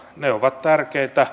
ne ovat tärkeitä